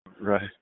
right